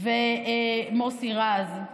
וחבר הכנסת מוסי רז,